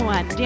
One